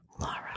Laura